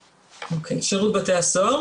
שירות בתי הסוהר,